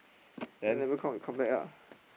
never count you count back ah